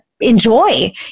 enjoy